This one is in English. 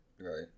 Right